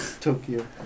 Tokyo